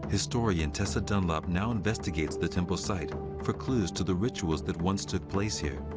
historian tessa dunlop now investigates the temple site for clues to the rituals that once took place here.